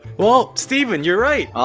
well, stephen, you're right!